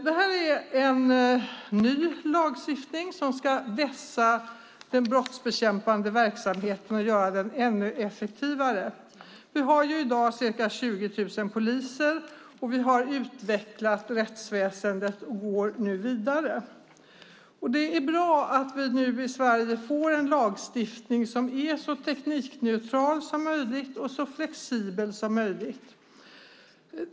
Det här är en ny lagstiftning som ska vässa den brottsbekämpande verksamheten och göra den ännu effektivare. Vi har ju i dag ca 20 000 poliser, och vi har utvecklat rättsväsendet och går nu vidare. Det är bra att vi nu i Sverige får en lagstiftning som är så teknikneutral som möjligt och så flexibel som möjligt.